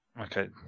Okay